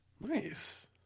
Nice